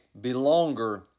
belonger